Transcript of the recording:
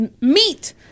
meat